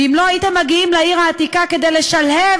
ואם לא הייתם מגיעים לעיר העתיקה כדי לשלהב